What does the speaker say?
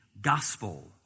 gospel